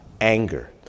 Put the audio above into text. anger